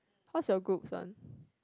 what's your group's one